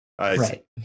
Right